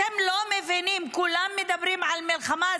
אתם לא מבינים, כולם מדברים על מלחמה.